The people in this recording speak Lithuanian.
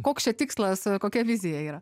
koks čia tikslas kokia vizija yra